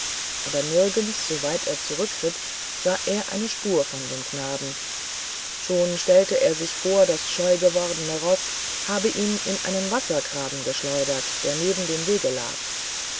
aber nirgends so weit er zurückritt sah er eine spur von dem knaben schon stellte er sich vor das scheu gewordene roß habe ihn in einen wassergraben geschleudert der neben dem wege lag